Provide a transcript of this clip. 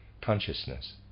Consciousness